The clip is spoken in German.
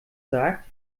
sagt